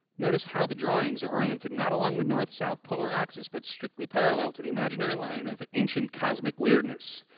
notice how the drawings are oriented not along the north south polar axis but strictly parallel to the imaginary line of ancient cosmic weirdness.